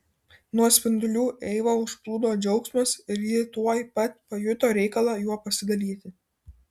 nuo spindulių eivą užplūdo džiaugsmas ir ji tuoj pat pajuto reikalą juo pasidalyti